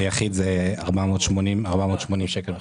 ליחיד זה 480 שקל לחודש.